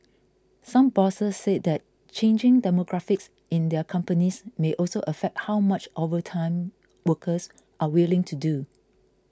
some bosses said that changing demographics in their companies may also affect how much overtime workers are willing to do